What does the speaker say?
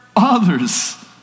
others